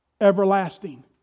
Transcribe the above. everlasting